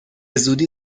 زودی